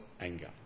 anger